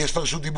שיש שום דרך,